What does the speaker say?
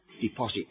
deposit